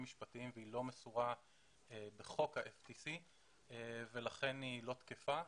משפטיים והיא לא מסורה בחוק ה-FPC ולכן היא לא תקפה.